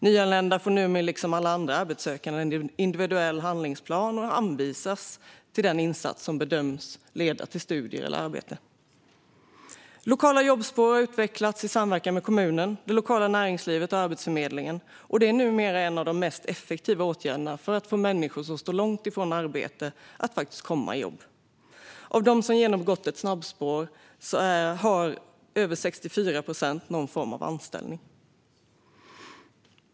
Nyanlända får numera liksom alla andra arbetssökande en individuell handlingsplan och anvisas till den insats som bedöms leda till studier eller arbete. Lokala jobbspår har utvecklats i samverkan mellan kommunen, det lokala näringslivet och Arbetsförmedlingen. Det är numera en av de mest effektiva åtgärderna för att få människor som står långt från arbetsmarknaden att faktiskt komma i jobb. Av dem som genomgått ett jobbspår har över 64 procent någon form av anställning.